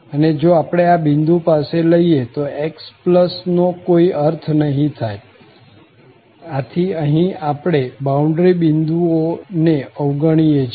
અને જો આપણે આ બિંદુ પાસે લઈએ તો x નો કોઈ અર્થ નહિ થાય આથી અહીં આપણે બાઉન્ડરી બિંદુ ઓ ને અવગણીએ છીએ